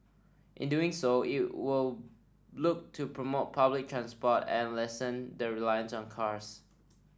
in doing so it will look to promote public transport and lessen the reliance on cars